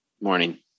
morning